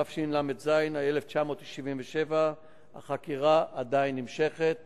התשל"ז 1977. החקירה עדיין נמשכת